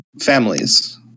families